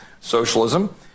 socialism